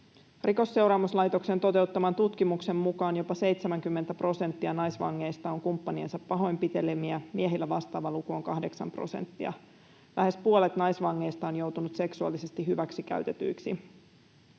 Rikosseuraamuslaitoksen toteuttaman tutkimuksen mukaan jopa 70 prosenttia naisvangeista on kumppaniensa pahoinpitelemiä. Miehillä vastaava luku on 8 prosenttia. Lähes puolet naisvangeista on joutunut seksuaalisesti hyväksikäytetyiksi.